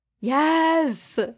Yes